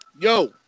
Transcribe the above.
Yo